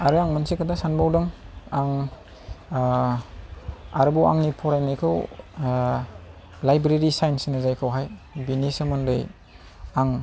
आरो आं मोनसे खोथा सानबावदों आं आरोबाव आंनि फरायनायखौ लायब्रेरि साइन्स होनो जायखौहाय बेनि सोमोन्दै आं